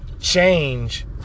change